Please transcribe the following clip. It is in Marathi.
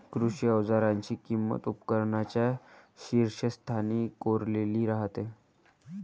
कृषी अवजारांची किंमत उपकरणांच्या शीर्षस्थानी कोरलेली राहते